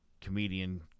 comedian